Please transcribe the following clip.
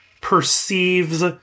perceives